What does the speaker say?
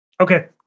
Okay